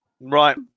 Right